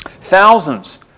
thousands